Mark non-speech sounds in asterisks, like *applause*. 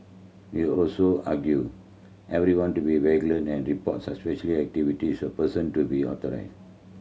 he also argued everyone to be vigilant and report suspicious activities a person to be *unintelligible*